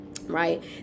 right